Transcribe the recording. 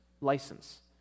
license